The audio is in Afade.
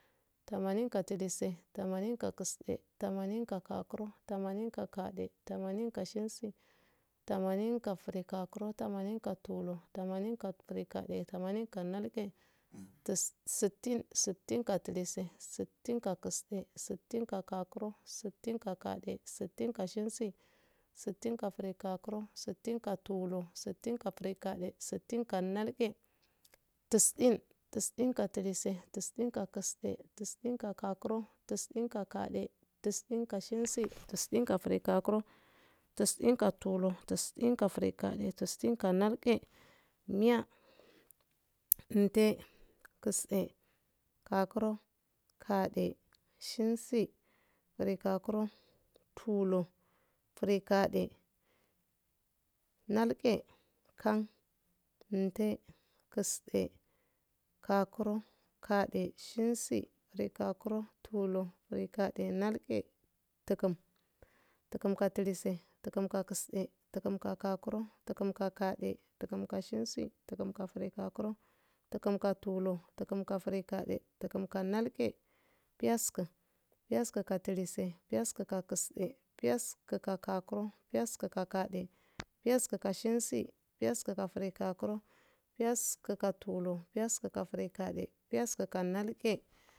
Tamaninka kalise tamaninka kakisde tamaninka kaga tamaninka kagade tamaninka shensi tamaninka girgakuro tamaninka tulur tamaninka grigade tamaninka nalge tus sittin sittinka kalise sittinkakakisde sittinka kaga sittinka kagade sittinka shensi sittinka girgakuro sittinka tulur sittinka grigade sittinka nalge tisin tisinka kalise tisinka kakisde tisinka kaga tisinka kagade tisinka shensi tisinka girgakuro tisinka tulur tisinka grigade tisinka nalge miya inte kisde gakuro gade shensi grigakuro tulur gridade nalge kan inte kisde gakuro gade shensi grigadeo tulur grigade nalge tugum tugumka kalise tugumka kakisde tugumka kaga tugumka kagade tugumka shensi tugumka girgakuro tugumka tulur tugumka grigade tugumka nalge piyasku piyasku ka kalise piyasku ka kakisde piyasku ka kaga piyasku ka kagade piyasku ka shensi piyasku ka girgakuro piyasku ka tulur piyasku ka grigade piyasku ka nalge,,